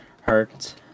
Hurt